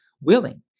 willing